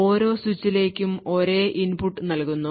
ഓരോ സ്വിച്ചിലേക്കും ഒരേ ഇൻപുട്ട് നൽകുന്നു